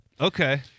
Okay